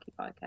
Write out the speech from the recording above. Podcast